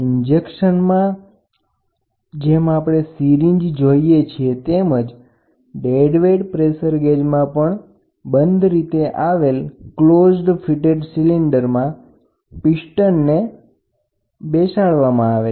ઇન્જેક્શનમાં ઉપયોગમાં લેવામાં આવતી સીરીંજની જેમ ડેડ વેઇટ પ્રેશર ગેજમાં પણ બંધ રીતે આવેલ સિલિન્ડરમાં પીસ્ટનને બેસાડવામાં આવે છે